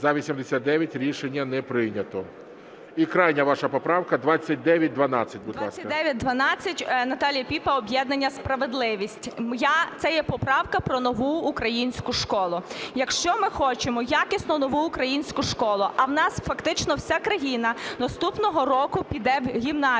За-89 Рішення не прийнято. І крайня ваша поправка 2912, будь ласка. 11:11:32 ПІПА Н.Р. 2912. Наталія Піпа, об'єднання "Справедливість". Це є поправка про нову українську школу. Якщо ми хочемо якісно нову українську школу, а в нас фактично вся країна наступного року піде в гімназію,